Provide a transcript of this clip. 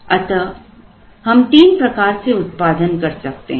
अतः हम तीन प्रकार से उत्पादन कर सकते हैं